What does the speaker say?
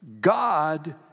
God